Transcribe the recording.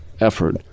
effort